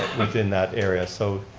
within that area so